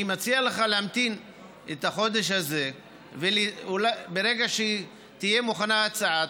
אני מציע לך להמתין את החודש הזה וברגע שתהיה מוכנה ההצעה,